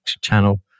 channel